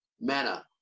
manner